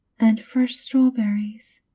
and fresh strawberries.